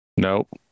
Nope